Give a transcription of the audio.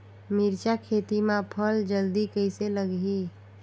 मिरचा खेती मां फल जल्दी कइसे लगही?